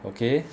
okay